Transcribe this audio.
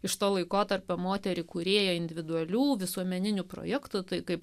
iš to laikotarpio moterį kūrėjo individualių visuomeninių projektų kaip